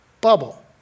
bubble